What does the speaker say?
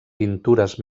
pintures